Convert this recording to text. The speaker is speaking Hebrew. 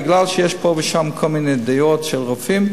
מפני שיש פה ושם כל מיני דעות של רופאים,